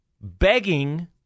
begging